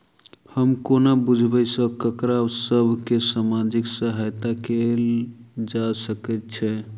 हम कोना बुझबै सँ ककरा सभ केँ सामाजिक सहायता कैल जा सकैत छै?